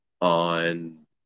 on